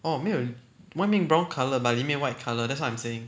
oh 没有外面 brown colour but 里面 white colour that's what I'm saying